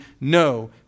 No